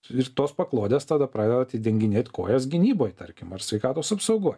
ir tos paklodės tada pradeda atidenginėt kojas gynyboj tarkim ar sveikatos apsaugoj